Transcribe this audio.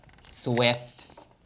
Swift